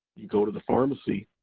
you go to the pharmacy,